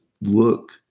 look